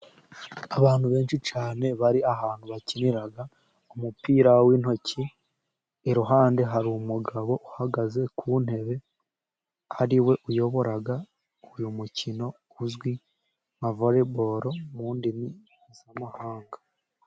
Abantu benshi cyane bari ahantu bakinira umupira w'intoki, iruhande hari umugabo uhagaze ku ntebe ariwe wayoboraga uyu mukino uzwi nka volley ball mu ndimi z'amahanga.